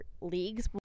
leagues